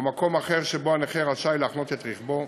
או מקום אחר שבו הנכה רשאי להחנות את רכבו,